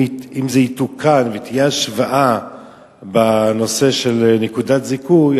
אם זה יתוקן ותהיה השוואה בנושא של נקודת זיכוי,